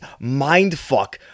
mindfuck